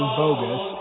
bogus